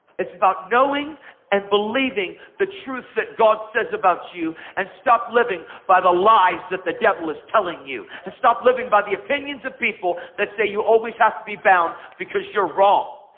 it's about knowing and believing the truth god says about you and stop living by the lies that the devil is telling you. and stop living by the opinions of people that say you always have to be bound because you're wrong.